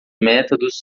métodos